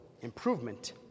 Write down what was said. improvement